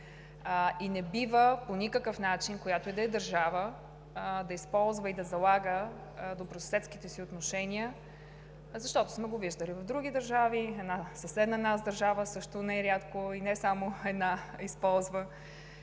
и не бива по никакъв начин която ѝ да е държава да използва и да залага добросъседските си отношения, защото сме го виждали в други държави – съседна на нас държава също не рядко, и не само една, използва